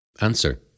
Answer